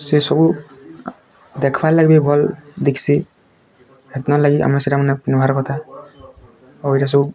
ସେ ସବୁ ଦେଖିବାର୍ ଲାଗି ବି ଭଲ୍ ଦିଖସି ହେଥି ଲାଗି ଆମେ ସେଇଟା ମାନେ ପିନ୍ଧିବାର୍ କଥା ଆଉ ଏଇଟା ସବୁ